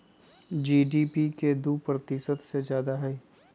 GDP के दु प्रतिशत से जादा हई